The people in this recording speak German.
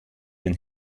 den